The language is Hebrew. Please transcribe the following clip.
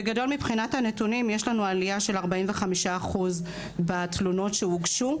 אם אנחנו בשנים 2015-16 היינו על 35% שאמרו שאין אצלם הטרדות,